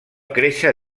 créixer